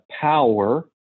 power